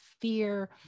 fear